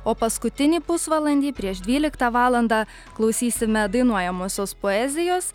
o paskutinį pusvalandį prieš dvyliktą valandą klausysime dainuojamosios poezijos